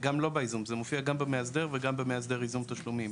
גם לא בייזום; זה מופיע גם במאסדר וגם במאסדר ייזום תשלומים.